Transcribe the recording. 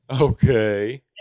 Okay